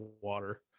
water